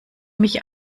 mich